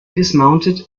dismounted